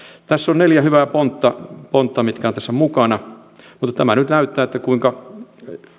tässä on neljä hyvää pontta pontta mitkä ovat tässä mukana tämä nyt näyttää sen kuinka